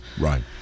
right